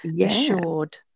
assured